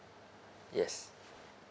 yes